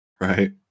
Right